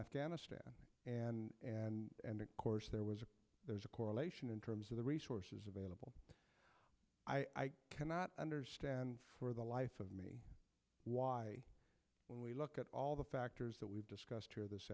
afghanistan and and of course there was a there's a correlation in terms of the resources available i cannot understand for the life of me why when we look at all the factors that we've discussed here this